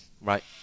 Right